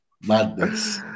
madness